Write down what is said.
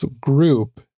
group